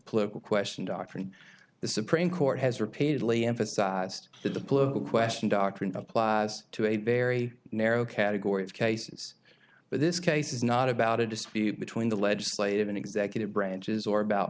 political question doctrine the supreme court has repeatedly emphasized that the political question doctrine it applies to a very narrow category of cases but this case is not about a dispute between the legislative and executive branches or about